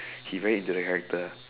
he very into the character